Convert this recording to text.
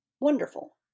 wonderful